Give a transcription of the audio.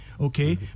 okay